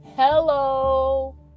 Hello